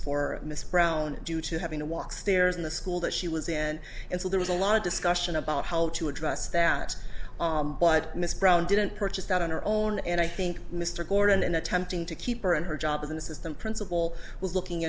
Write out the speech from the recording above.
for mrs brown due to having a walk stairs in the school that she was in and so there was a lot of discussion about how to address that but miss brown didn't purchase that on her own and i think mr gordon and attempting to keep her in her job as an assistant principal was looking